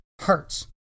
hurts